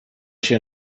się